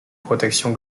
protection